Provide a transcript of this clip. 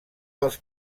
dels